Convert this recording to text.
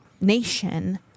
nation